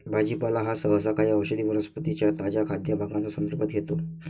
भाजीपाला हा सहसा काही औषधी वनस्पतीं च्या ताज्या खाद्य भागांचा संदर्भ घेतो